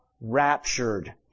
raptured